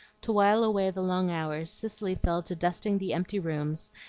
to wile away the long hours, cicely fell to dusting the empty rooms,